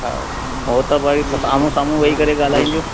हा हो त भई त आम्हूं साम्हूं वेही करे ॻाल्हाइजो